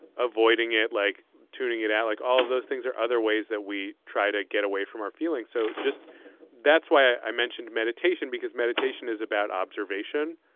avoiding it, like tuning it out. like all of those things are other ways that we try to get away from our feeling feelings. so just that's why i mentioned meditation, because meditation is about observation.